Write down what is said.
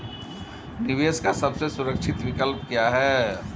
निवेश का सबसे सुरक्षित विकल्प क्या है?